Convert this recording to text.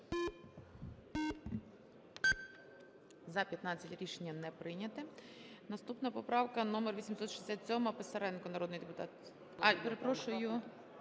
За-15 Рішення не прийнято. Наступна поправка - номер 867. Писаренко, народний депутат.